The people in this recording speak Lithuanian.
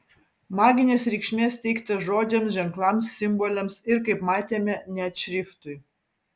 maginės reikšmės teikta žodžiams ženklams simboliams ir kaip matėme net šriftui